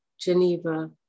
Geneva